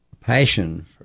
passion